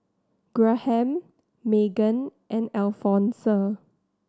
Graham Meggan and Alfonse